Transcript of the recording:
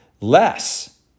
less